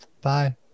Bye